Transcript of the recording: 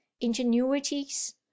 ingenuities